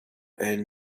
and